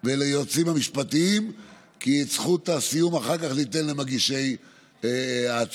וליועצים המשפטיים כי את זכות הסיום אחר כך אני אתן למגישי ההצעה.